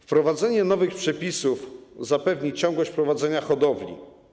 Wprowadzenie nowych przepisów zapewni ciągłość wprowadzenia hodowli.